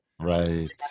Right